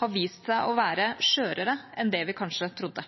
har vist seg å være skjørere enn det vi kanskje trodde.